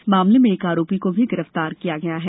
इस मामले में एक आरोपी को गिरफ्तार किया गया है